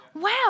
Wow